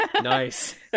Nice